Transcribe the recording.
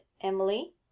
Emily